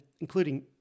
including